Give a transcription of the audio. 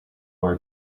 were